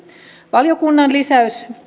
valiokunnan lisäys